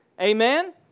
amen